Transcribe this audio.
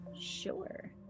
Sure